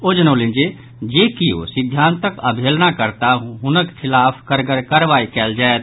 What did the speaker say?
ओ जनौलनि जे जेकियो सिद्धांतक अवहेलना करताह हुनक खिलाफ कड़गड़ कार्रवाई कयल जायत